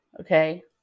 okay